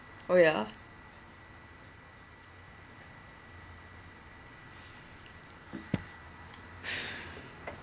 oh ya